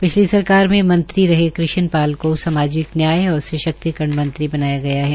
पिछली सरकार मे मंत्री रहे श्री कृष्ण पाल को सामाजिक न्याय और सशक्तिकरण मंत्री बनाया गया है